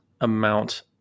amount